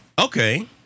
okay